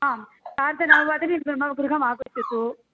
आं सार्धनववादने मम गृहम् आगच्छतु